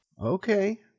Okay